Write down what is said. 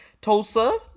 Tulsa